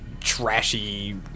trashy